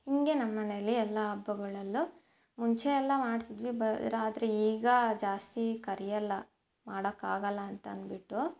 ಹಿಂಗೆ ನಮ್ಮ ಮನೆಯಲ್ಲಿ ಎಲ್ಲ ಹಬ್ಬಗಳಲ್ಲೂ ಮುಂಚೆ ಎಲ್ಲ ಮಾಡ್ತಿದ್ವಿ ಬ ರಾತ್ರಿ ಈಗ ಜಾಸ್ತಿ ಕರೆಯಲ್ಲ ಮಾಡೋಕ್ಕಾಗಲ್ಲ ಅಂತ ಅಂದ್ಬಿಟ್ಟು